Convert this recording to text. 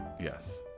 Yes